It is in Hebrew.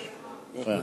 יש, בהחלט.